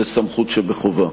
לסמכות שבחובה.